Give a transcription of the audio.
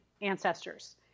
Ancestors